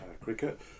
cricket